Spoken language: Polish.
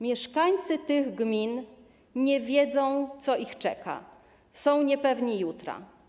Mieszkańcy tych gmin nie wiedzą, co ich czeka, są niepewni jutra.